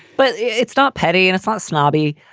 but it's not petty and it's not snobby.